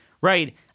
right